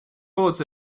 bullets